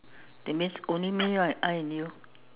that's means only me right I and you